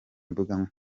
mbuga